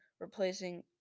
replacing